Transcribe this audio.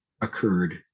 occurred